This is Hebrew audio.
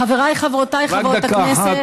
חבריי וחברותיי חברות הכנסת.